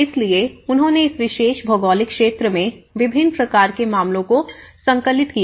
इसलिए उन्होंने उस विशेष भौगोलिक क्षेत्र में विभिन्न प्रकार के मामलों को संकलित किया